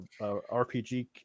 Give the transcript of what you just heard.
RPG